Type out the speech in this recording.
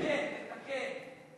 תתקן, תתקן.